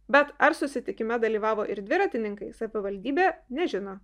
bet ar susitikime dalyvavo ir dviratininkai savivaldybė nežino